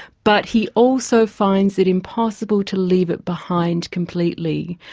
but he also finds it impossible to leave it behind completely.